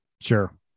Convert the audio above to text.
Sure